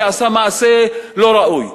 שעשה מעשה לא ראוי.